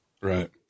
Right